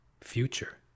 future